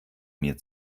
mir